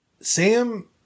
Sam